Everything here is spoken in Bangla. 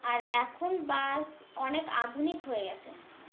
আর এখন বাস অনেক আধুনিক হয়ে গেছে